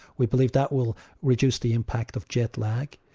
we believe that will reduce the impact of jetlag.